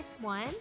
One